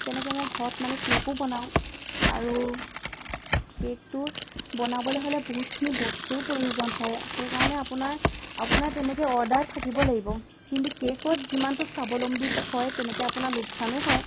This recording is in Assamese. তেনেকে মই ঘৰত মানে কেকো বনাওঁ আৰু কেকটো বনাবলে হ'লে বহুতখিনি বস্তুৰো প্ৰয়োজন হয় সেইকাৰণে আপোনাৰ আপোনাৰ তেনেকে অৰ্ডাৰ থাকিব লাগিব কিন্তু কেকত যিমানটো স্বাৱলম্বী হয় তেনেকে আপোনাৰ লোকচানো হয়